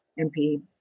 MP